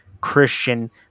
Christian